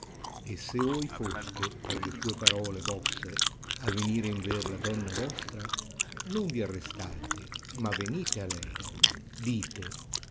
ventate se voi foste per le sue parole mosse a venir in ver là donna vostra non vi arrestate a venite a lei dite